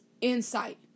insight